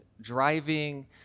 driving